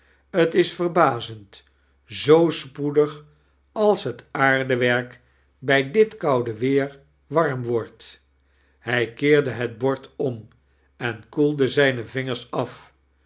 t is verbazend zoo spoedig als het aardewerk bij dit koude weer warm wordt hij keerde het bord om en koelde zijne vingers af